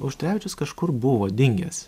auštrevičius kažkur buvo dingęs